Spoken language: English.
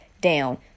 down